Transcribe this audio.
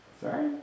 Sorry